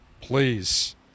Please